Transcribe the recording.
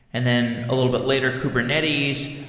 and then a little bit later, kubernetes.